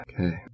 Okay